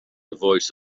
voice